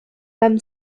tham